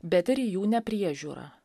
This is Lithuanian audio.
bet ir jų nepriežiūrą